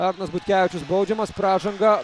arnas butkevičius baudžiamas pražanga